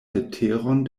leteron